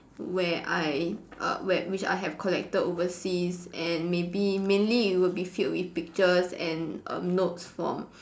where I err where which I have collected overseas and maybe mainly it will be filled with pictures and err notes from